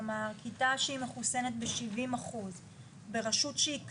כלומר כיתה שהיא מחוסנת ב-70% ברשות שהיא כתומה,